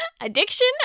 Addiction